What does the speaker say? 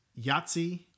Yahtzee